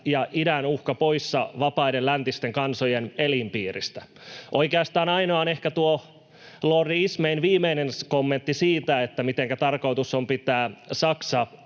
ja idän uhka poissa vapaiden läntisten kansojen elinpiiristä. Oikeastaan ainoa on ehkä tuo lordi Ismayn viimeinen kommentti siitä, mitenkä tarkoitus on pitää Saksa